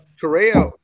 Correa